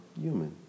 human